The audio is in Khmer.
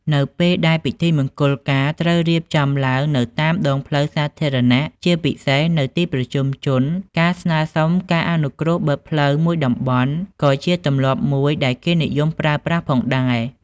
នៅពេលដែលពិធីមង្គលការត្រូវរៀបចំឡើងនៅតាមដងផ្លូវសាធារណៈ ជាពិសេសនៅទីប្រជុំជន ការ ស្នើសុំការអនុគ្រោះបិទផ្លូវ មួយតំបន់ក៏ជាទម្លាប់មួយដែលគេនិយមប្រើប្រាស់ផងដែរ។